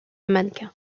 mannequins